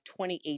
2018